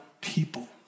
people